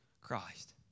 Christ